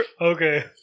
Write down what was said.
Okay